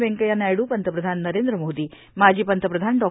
व्यंकय्या नायडू पंतप्रधान नरेंद्र मोदी माजी पंतप्रधान डॉ